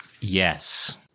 Yes